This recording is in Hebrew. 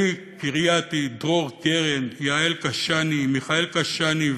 אלי קריתי, דרור קרן, יעל קשאני, מיכאל קשאני.